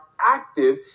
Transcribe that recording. active